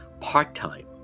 part-time